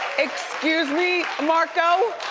excuse me, marco,